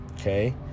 okay